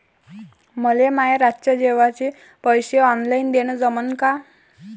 मले माये रातच्या जेवाचे पैसे ऑनलाईन देणं जमन का?